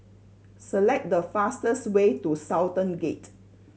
select the fastest way to Sultan Gate